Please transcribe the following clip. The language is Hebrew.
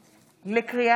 ירושלים, הכנסת,